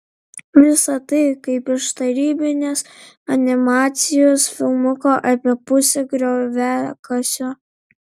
visa tai kaip iš tarybinės animacijos filmuko apie pusę grioviakasio